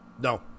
No